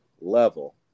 level